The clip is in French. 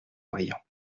brillant